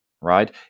right